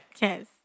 Yes